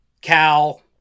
Cal